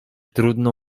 trudno